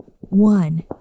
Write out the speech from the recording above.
One